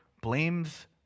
blames